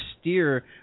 steer